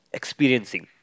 experiencing